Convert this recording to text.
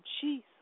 Jesus